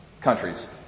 countries